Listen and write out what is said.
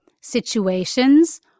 situations